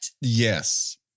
Yes